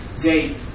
date